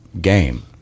game